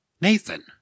Nathan